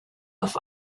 auf